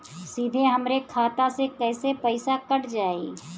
सीधे हमरे खाता से कैसे पईसा कट जाई?